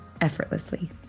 effortlessly